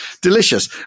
delicious